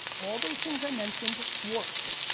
all those things i mentioned work.